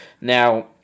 Now